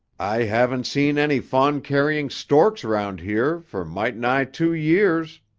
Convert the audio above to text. i haven't seen any fawn-carrying storks round here for might' nigh two years.